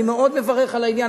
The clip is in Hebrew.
אני מאוד מברך על העניין,